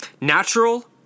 Natural